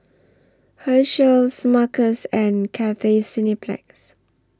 Herschel Smuckers and Cathay Cineplex